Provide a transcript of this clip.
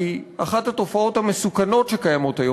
כי אחת התופעות המסוכנות שקיימות היום